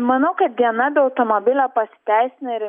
manau kad diena be automobilio pasiteisina ir